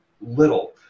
little